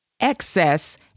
excess